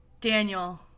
Daniel